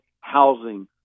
housing